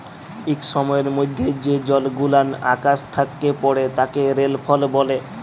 ইক সময়ের মধ্যে যে জলগুলান আকাশ থ্যাকে পড়ে তাকে রেলফল ব্যলে